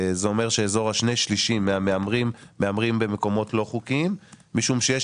זה אומר שאזור שני שלישים מהמהמרים מהמרים במקומות לא חוקיים משום שיש